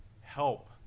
help